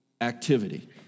activity